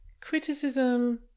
Criticism